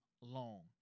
long